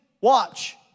watch